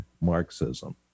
Marxism